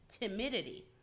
timidity